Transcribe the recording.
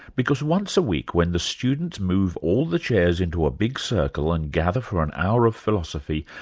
because once a week when the students move all the chairs into a big circle and gather for an hour of philosophy,